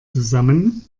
zusammen